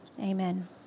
Amen